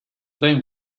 blame